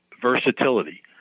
versatility